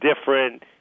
different